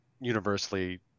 universally